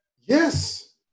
Yes